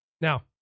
Now